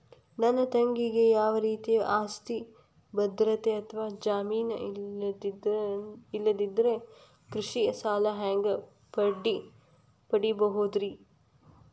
ನನ್ನ ತಂಗಿಗೆ ಯಾವ ರೇತಿಯ ಆಸ್ತಿಯ ಭದ್ರತೆ ಅಥವಾ ಜಾಮೇನ್ ಇಲ್ಲದಿದ್ದರ ಕೃಷಿ ಸಾಲಾ ಹ್ಯಾಂಗ್ ಪಡಿಬಹುದ್ರಿ?